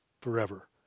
forever